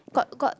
got got